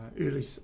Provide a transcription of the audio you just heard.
early